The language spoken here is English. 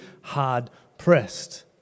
hard-pressed